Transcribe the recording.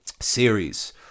series